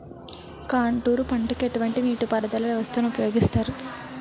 Contour పంటకు ఎటువంటి నీటిపారుదల వ్యవస్థను ఉపయోగిస్తారు?